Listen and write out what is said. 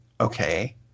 Okay